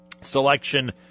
selection